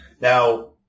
Now